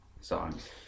songs